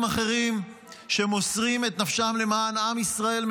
אחרים שמוסרים את נפשם למען עם ישראל,